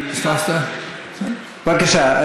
בבקשה,